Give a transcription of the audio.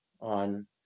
on